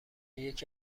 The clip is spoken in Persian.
یکی